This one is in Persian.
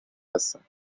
هستن